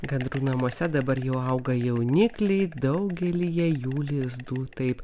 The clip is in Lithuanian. gandrų namuose dabar jau auga jaunikliai daugelyje jų lizdų taip